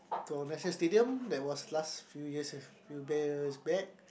to National-Stadium that was last few years with few years back